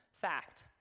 fact